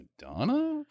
Madonna